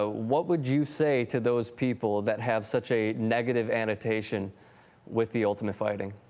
ah what would you say to those people that have such a negative annotation with the ultimate fighting